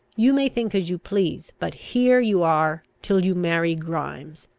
you may think as you please but here you are till you marry grimes.